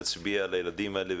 נצביע לילדים האלה,